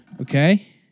Okay